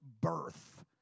birth